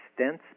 stents